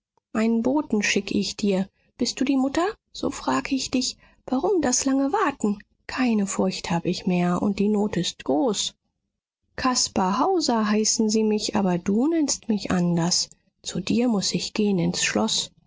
einen boten schick ich dir bist du die mutter so frag ich dich warum das lange warten keine furcht hab ich mehr und die not ist groß caspar hauser heißen sie mich aber du nennst mich anders zu dir muß ich gehn ins schloß